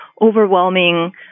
overwhelming